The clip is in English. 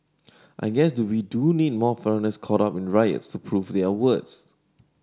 I guess to we do need more foreigners caught up in riots to prove their worth